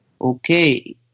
okay